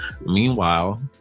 Meanwhile